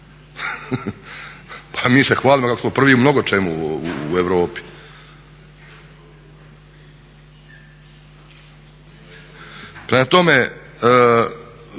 Pa mi se hvalimo kako smo prvi u mnogočemu u Europi.